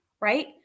right